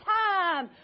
time